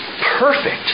perfect